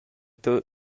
tut